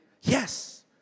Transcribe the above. Yes